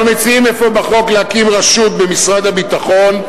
אנחנו מציעים בחוק להקים רשות במשרד הביטחון,